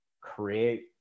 create